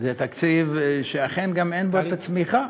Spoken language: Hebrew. זה תקציב שאכן גם אין בו הצמיחה.